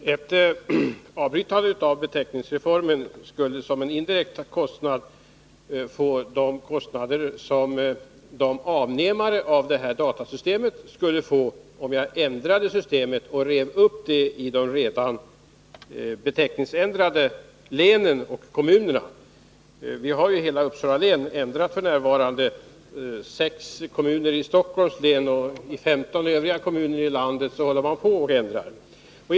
Herr talman! Ett avbrytande av genomförandet av beteckningsreformen skulle medföra indirekta kostnader, nämligen de kostnader som avnämarna av datasystemet skulle få om man rev upp systemet i de redan beteckningsändrade länen och kommunerna. Hittills har hela Uppsala län och sex kommuner i Stockholms län beteckningsändrat, och i 15 andra kommuner i landet håller man på och beteckningsändrar.